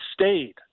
stayed